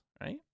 right